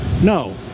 No